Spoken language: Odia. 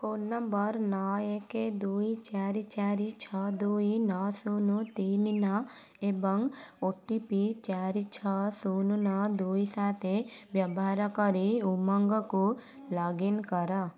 ଫୋନ ନମ୍ବର ନଅ ଏକ ଦୁଇ ଚାରି ଚାରି ଛଅ ଦୁଇ ନଅ ଶୂନ ତିନି ନଅ ଏବଂ ଓ ଟି ପି ଚାରି ଛଅ ଶୂନ ନଅ ଦୁଇ ସାତ ବ୍ୟବହାର କରି ଉମଙ୍ଗକୁ ଲଗ୍ ଇନ୍ କର